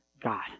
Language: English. God